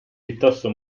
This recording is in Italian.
piuttosto